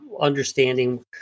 understanding